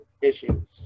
issues